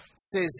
says